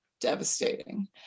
devastating